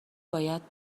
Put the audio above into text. باید